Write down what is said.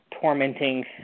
tormenting